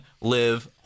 live